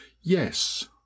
Yes